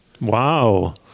Wow